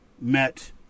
met